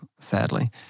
sadly